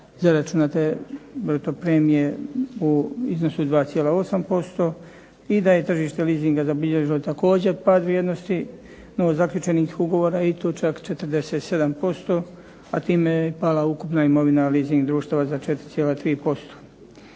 zaračunate bruto premije u iznosu 2,8% i da je tržište leasinga zabilježilo također pad vrijednosti novo zaključenih ugovora i to čak 47%, a time ja pala ukupna imovina leasing društva za 4,3%.